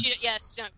Yes